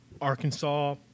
Arkansas